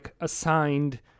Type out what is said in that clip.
assigned